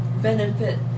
benefit